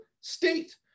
state